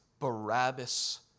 Barabbas